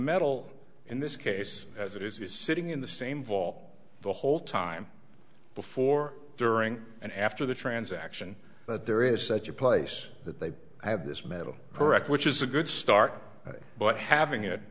metal in this case as it is is sitting in the same vault the whole time before during and after the transaction but there is such a place that they have this metal correct which is a good start but having it